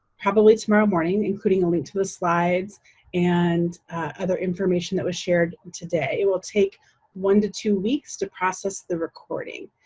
probably tomorrow morning, including a link to the slides and other information that was shared today. it will take one to two weeks to process the recording.